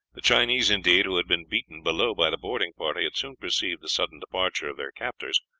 the chinese, indeed, who had been beaten below by the boarding party, had soon perceived the sudden departure of their captors,